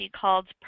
called